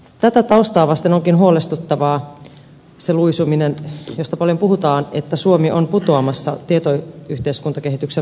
tätä taustaa vasten onkin huolestuttavaa se luisuminen josta paljon puhutaan että suomi on putoamassa tietoyhteiskuntakehityksen vauhdista